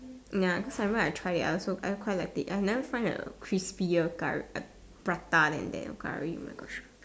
ya cause I remember I try it I also I quite liked it I have never find a crispier curry uh prata than that err curry oh my gosh